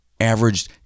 averaged